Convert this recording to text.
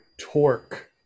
torque